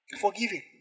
Forgiving